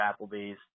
Applebee's